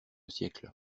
siècle